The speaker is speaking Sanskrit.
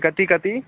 कति कति